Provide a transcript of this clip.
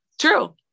True